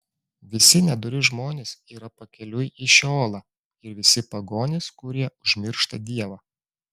visi nedori žmonės yra pakeliui į šeolą ir visi pagonys kurie užmiršta dievą